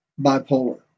bipolar